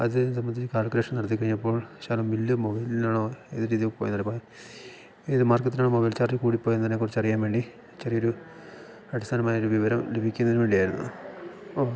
അത് സംബന്ധിച്ചു കാൽക്കുലേഷൻ നടത്തി കഴിഞ്ഞപ്പോൾ ശകലം ബില്ല് മൊബൈലിൽ നിന്നാണോ ഏത് രീതി പോയി എന്നറിയാൻ ഏത് മാർഗത്തിലോ മൊബൈൽ ചാർജ് കൂടിപ്പോയി എന്നതിനെ കുറിച്ചു അറിയാൻ വേണ്ടി ചെറിയ ഒരു അടിസ്ഥാനമായ ഒരു വിവരം ലഭിക്കുന്നതിന് വേണ്ടിയായിരുന്നു ഓ